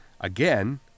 again